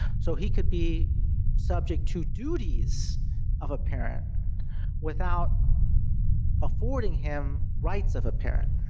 so, he could be subject to duties of a parent without affording him rights of a parent,